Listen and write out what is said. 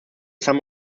some